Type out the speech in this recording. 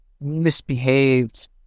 misbehaved